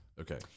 Okay